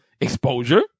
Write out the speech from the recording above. exposure